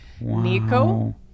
Nico